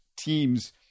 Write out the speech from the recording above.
teams